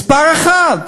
מספר אחת.